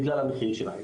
בגלל המחיר שלהן.